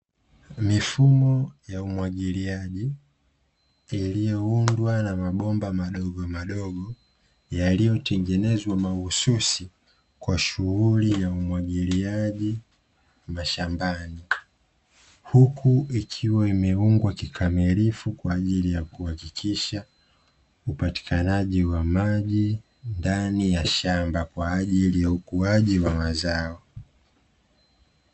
Mifumo ya umwagiliaji iliyoundwa na mabomba madogomadogo yaliyotengenezwa mahususi, kwa shughuli ya umwagiliaji mashambani, huku ikiwa imeungwa kikamilifu kwa ajili ya kuhakikisha, upatikanaji wa maji ndani ya shamba kwa ajili ya ukuaji wa mazao.